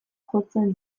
jotzen